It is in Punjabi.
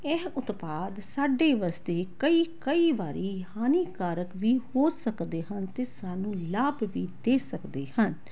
ਇਹ ਉਤਪਾਦ ਸਾਡੇ ਵਾਸਤੇ ਕਈ ਕਈ ਵਾਰੀ ਹਾਨੀਕਰਕ ਵੀ ਹੋ ਸਕਦੇ ਅਤੇ ਸਾਨੂੰ ਲਾਭ ਵੀ ਦੇ ਸਕਦੇ ਹਨ